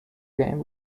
game